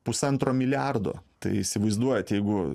pusantro milijardo tai įsivaizduojat jeigu